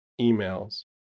emails